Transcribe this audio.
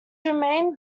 remained